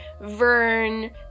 Vern